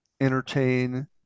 entertain